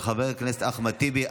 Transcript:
של חבר הכנסת אחמד טיבי,